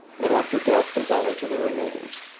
and after death does honour to their remains.